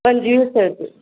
पंजवीह सौ रुपिये